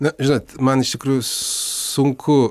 na žinot man iš tikrųjų sunku